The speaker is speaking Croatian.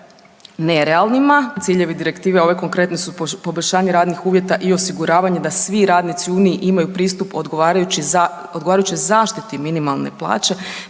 nerealnima. Ciljevi direktive ovi konkretni su poboljšanje radnih uvjeta i osiguravanje da svi radnici u Uniji imaju pristup odgovarajućoj zaštiti minimalne plaće